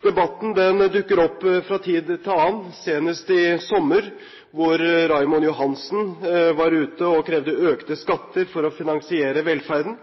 Debatten dukker opp fra tid til annen, senest i sommer hvor Raymond Johansen var ute og krevde økte skatter for å finansiere velferden.